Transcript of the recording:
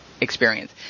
experience